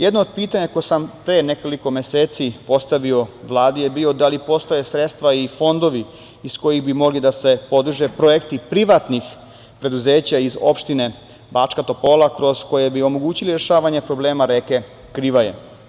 Jedno od pitanja koje sam pre nekoliko meseci postavi Vladi je bilo da li postoje sredstva i fondovi iz kojih bi mogli da se podrže projekti privatnih preduzeća iz opštine Bačka Topola kroz koje bismo omogućili rešavanje problema reke Krivaje.